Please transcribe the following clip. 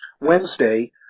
Wednesday